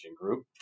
Group